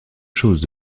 chose